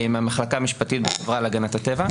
מהמחלקה המשפטית בחברה להגנת הטבע.